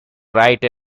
write